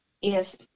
Yes